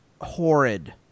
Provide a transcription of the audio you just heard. horrid